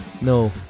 No